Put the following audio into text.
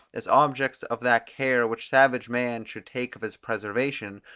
as objects of that care which savage man should take of his preservation,